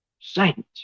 saint